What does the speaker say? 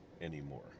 anymore